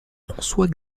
françois